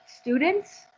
students